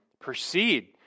proceed